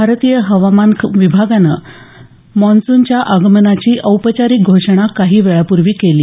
भारतीय हवामान विभागानं पावसाच्या आगमनाची औपचारिक घोषणा काही वेळापूर्वी केली